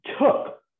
took